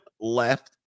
left